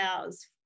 hours